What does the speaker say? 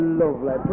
lovely